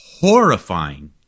horrifying